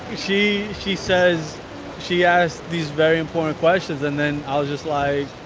she she says she asks these very important questions. and then i'll just like